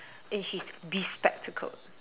and she's bespectacled